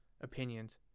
opinions